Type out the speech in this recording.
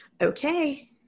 Okay